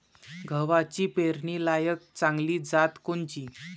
गव्हाची पेरनीलायक चांगली जात कोनची?